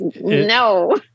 No